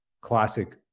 classic